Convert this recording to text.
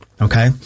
Okay